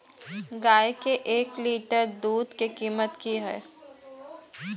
गाय के एक लीटर दूध के कीमत की हय?